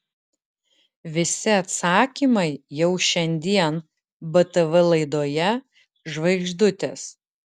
visi atsakymai jau šiandien btv laidoje žvaigždutės